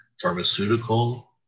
pharmaceutical